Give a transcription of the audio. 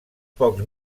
pocs